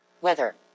Weather